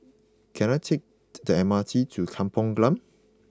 can I take the M R T to Kampong Glam